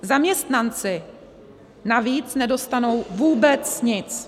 Zaměstnanci navíc nedostanou vůbec nic.